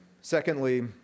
Secondly